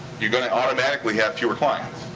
you're gonna automatically have fewer clients.